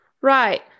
Right